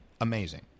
amazing